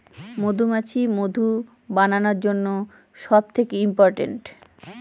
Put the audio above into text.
মধুমাছি মধু বানানোর জন্য সব থেকে ইম্পোরট্যান্ট